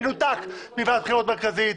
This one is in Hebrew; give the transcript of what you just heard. מנותק מוועדת הבחירות המרכזית.